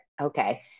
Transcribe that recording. okay